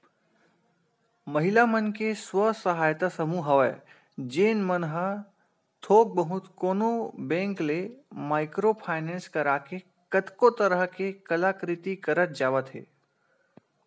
महिला मन के स्व सहायता समूह हवय जेन मन ह थोक बहुत कोनो बेंक ले माइक्रो फायनेंस करा के कतको तरह ले कलाकृति करत जावत हे